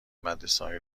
مدرسههای